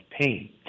pain